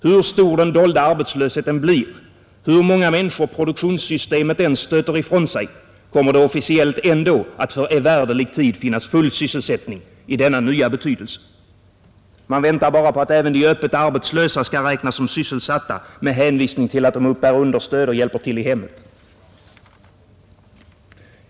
Hur stor den dolda arbetslösheten blir, hur många människor produktionssystemet än stöter ifrån sig, kommer det officiellt ändå att för evärdlig tid finnas full sysselsättning i denna nya betydelse. Man väntar bara på att även de öppet arbetslösa skall räknas som sysselsatta med hänvisning till att de uppbär understöd och hjälper till i hemmet.